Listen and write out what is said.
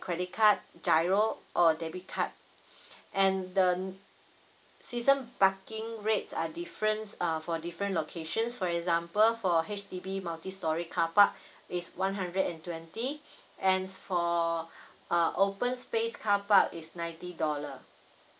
credit card GIRO or debit card and the season parking rate are difference err for different location for example for H_D_B multi storey car park is one hundred and twenty and for err open space car park is ninety dollar